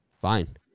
Fine